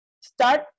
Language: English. start